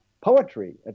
poetry